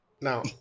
Now